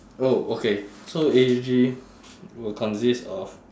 oh okay so A_S_G will consist of